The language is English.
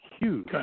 huge